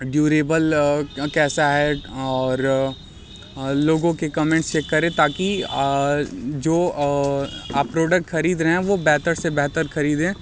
durable कैसा है और लोगों के कमेंट्स चेक करें ताकि जो आप प्रोडक्ट खरीद रहे हैं वो बेहतर से बेहतर खरीदें